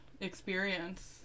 experience